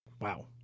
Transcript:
Wow